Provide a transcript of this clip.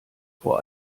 vor